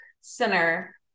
Center